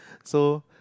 so